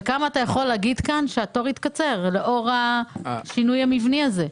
בכמה התור יתקצר לאור השינוי המבני הזה?